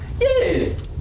Yes